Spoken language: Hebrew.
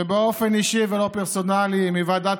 ובאופן אישי ולא פרסונלי ביקשו מוועדת